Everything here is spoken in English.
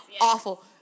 awful